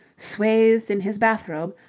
swathed in his bath-robe,